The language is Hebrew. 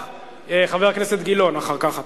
חבר הכנסת גילאון, אחר כך אתה.